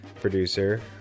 producer